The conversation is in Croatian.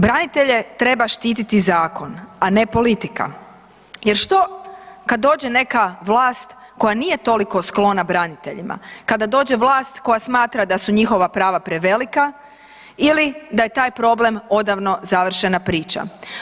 Branitelje treba štititi zakon, a ne politika jer što kad dođe neka vlast koja nije toliko sklona braniteljima, kada dođe vlast koja smatra da su njihova prava prevelika ili da je taj problem odavno završena priča?